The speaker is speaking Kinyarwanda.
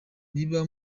niba